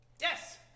Yes